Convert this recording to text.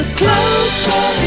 closer